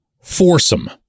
foursome